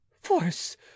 force